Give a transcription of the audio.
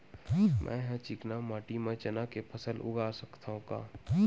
मै ह चिकना माटी म चना के फसल उगा सकथव का?